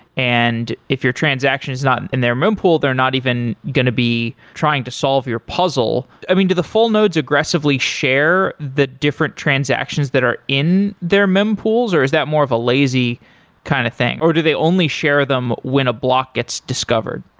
and if your transaction is not in their mempool, they're not even going to be trying to solve your puzzle. i mean, do the full nodes aggressively share the different transactions that are in their mempools or is that more of a lazy kind of thing, or do they only share them when a block gets discovered?